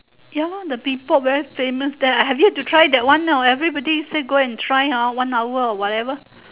ya lor the mee-pok very famous there I've yet to try that one ah everybody say go and try hor one hour or whatever